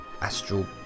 astral